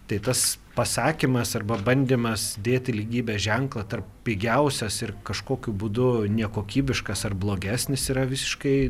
tai tas pasakymas arba bandymas dėti lygybės ženklą tarp pigiausios ir kažkokiu būdu nekokybiškas ar blogesnis yra visiškai